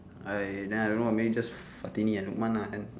I then I don't know maybe just fatini and lukman ah then